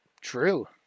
True